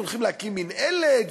הולכים להקים מינהלת,